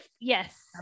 yes